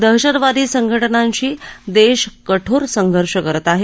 दहशतवादी संघटनांशी देश कठोर संघर्ष करत आहे